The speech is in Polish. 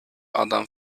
adam